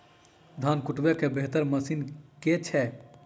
धान कुटय केँ बेहतर मशीन केँ छै?